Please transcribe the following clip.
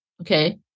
Okay